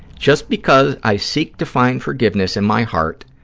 just because i seek to find forgiveness in my heart